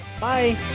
Bye